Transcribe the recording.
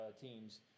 teams